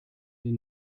die